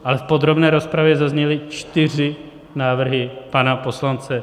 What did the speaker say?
Ale v podrobné rozpravě zazněly čtyři návrhy pana poslance Feriho.